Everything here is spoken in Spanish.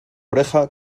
oreja